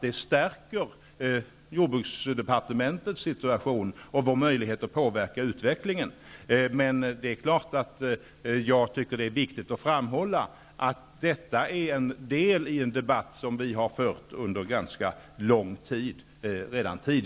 Den stärker jordbruksdepartementets situation och vår möjlighet att påverka utvecklingen, men det är klart att det är viktigt att framhålla att detta är en del i en debatt som har förts under ganska lång tid.